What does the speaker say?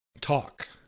talk